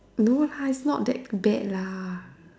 no lah it's not that bad lah